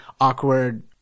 awkward –